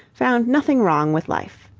found nothing wrong with life.